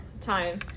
time